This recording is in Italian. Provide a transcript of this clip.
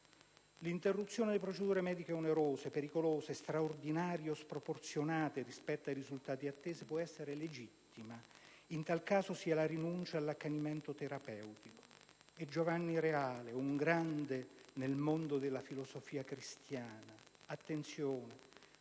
"L'interruzione di procedure mediche onerose, pericolose, straordinarie o sproporzionate rispetto ai risultati attesi può essere legittima. In tal caso si ha la rinuncia all'accanimento terapeutico". Giovanni Reale, un grande nel mondo della filosofia cristiana, ricorda: "Attenzione,